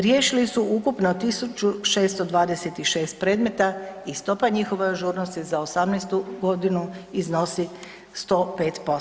Riješili su ukupno 1626 predmeta i stopa njihove ažurnosti za '18. g. iznosi 105%